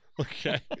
Okay